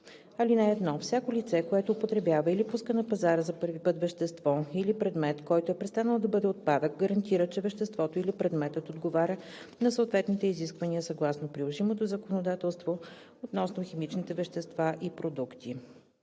5а. (1) Всяко лице, което употребява или пуска на пазара за първи път вещество или предмет, който е престанал да бъде отпадък, гарантира, че веществото или предметът отговаря на съответните изисквания съгласно приложимото законодателство относно химичните вещества и продукти.